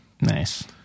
Nice